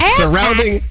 surrounding